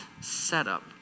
setup